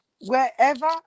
wherever